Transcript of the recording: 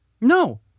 No